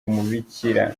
umubikira